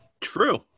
True